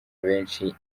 benshi